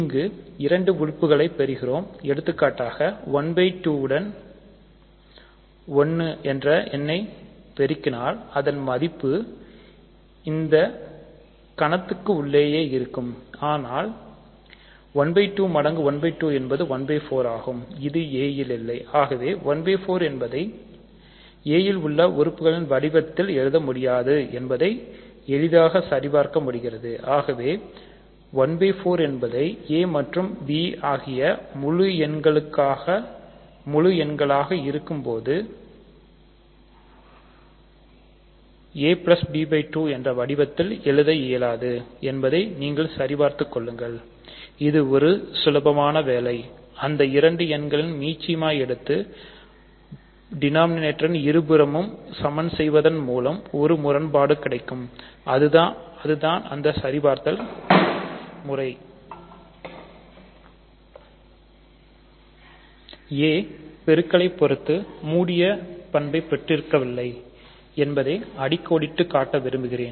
இங்கு இரண்டு உறுப்புகளை பெறுகிறோம் எடுத்துக்காட்டாக1 2 உடன் 1 இருபுறமும் சமன் செய்வதன்மூலம் நமக்கு ஒரு முரண்பாடு கிடைக்கும் இதுதான் அந்த சரிபார்த்தல் முக்கிய குறிப்பு A பெருக்கலை பொறுத்து மூடிய பண்பை கொண்டிருக்கவில்லை என்பதை அடிக் கோடிட்டுக் காட்ட விரும்புகிறேன்